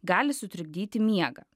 gali sutrikdyti miegą